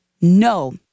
no